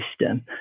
system